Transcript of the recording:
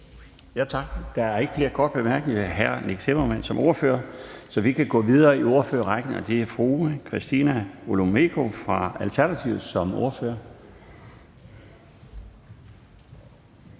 Tak. Der er ikke flere korte bemærkninger til hr. Nick Zimmermann som ordfører, så vi kan gå videre i ordførerrækken, og det er nu fru Christina Olumeko Alternativet som ordfører.